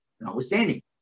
notwithstanding